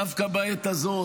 דווקא בעת הזאת,